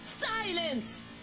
Silence